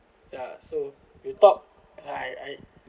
ya so you talk I I